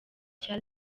cya